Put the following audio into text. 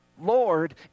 Lord